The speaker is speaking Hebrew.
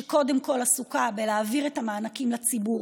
שקודם כול עוסקת בלהעביר את המענקים לציבור,